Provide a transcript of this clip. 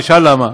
תשאל למה.